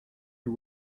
you